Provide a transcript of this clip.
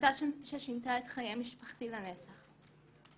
החלטה ששינתה את חיי משפחתי לנצח.